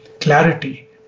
clarity